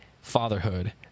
fatherhood